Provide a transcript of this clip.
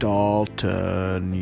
Dalton